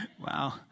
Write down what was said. Wow